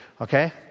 okay